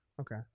Okay